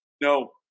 No